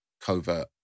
covert